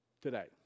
today